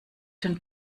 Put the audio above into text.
den